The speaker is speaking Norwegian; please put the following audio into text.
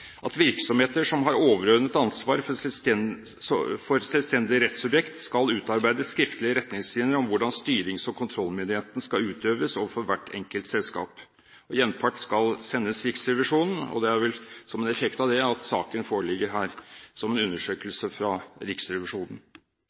at virksomheter som har overordnet ansvar for selvstendige rettssubjekt, skal utarbeide skriftlige retningslinjer om hvordan styrings- og kontrollmyndigheten skal utøves overfor hvert enkelt selskap. Gjenpart skal sendes Riksrevisjonen, og det er vel som en effekt av det at saken foreligger her – som en undersøkelse fra Riksrevisjonen.